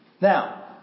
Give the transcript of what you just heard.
Now